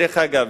דרך אגב,